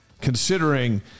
considering